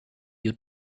you